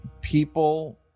people